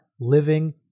living